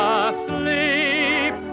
asleep